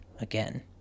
again